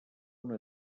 una